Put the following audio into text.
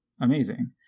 amazing